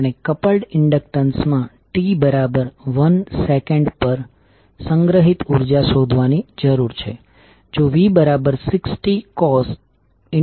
તમારી પાસે self induced voltage હોય જે Ldidt છે તેવા કિસ્સામાં પોલારીટી શોધવા માટે તે ચર્ચાનો ઉપયોગ કરી શકો છો